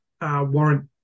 warrant